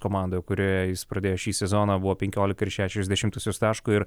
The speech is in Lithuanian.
komandoje kurioje jis pradėjo šį sezoną buvo penkiolika ir šešios dešimtosios taško ir